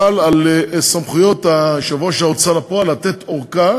חל על סמכויות יושב-ראש ההוצאה לפועל לתת ארכה